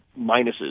minuses